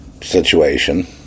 situation